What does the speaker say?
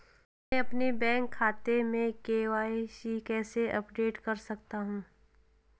मैं अपने बैंक खाते में के.वाई.सी कैसे अपडेट कर सकता हूँ?